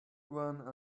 one